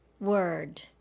word